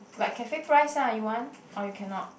like cafe price ah you want or you cannot